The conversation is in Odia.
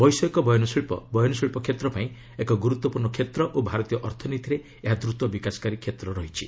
ବୈଷୟିକ ବୟନଶିଳ୍ପ ବୟନଶିଳ୍ପ କ୍ଷେତ୍ର ପାଇଁ ଏକ ଗୁରୁତ୍ୱପୂର୍ଣ୍ଣ କ୍ଷେତ୍ର ଓ ଭାରତୀୟ ଅର୍ଥନୀତିରେ ଏହା ଏକ ଦ୍ରତ ବିକାଶକାରୀ କ୍ଷେତ୍ର ରହିଛି